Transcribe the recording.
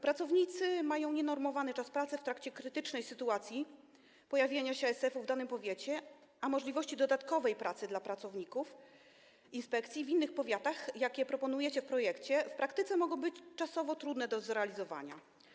Pracownicy mają nienormowany czas pracy w trakcie krytycznej sytuacji pojawienia się ASF-u w danym powiecie, a możliwości dodatkowej pracy dla pracowników inspekcji w innych powiatach, jakie proponujecie w projekcie, w praktyce mogą być czasowo trudne do zrealizowania.